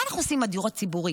מה אנחנו עושים עם הדיור הציבורי?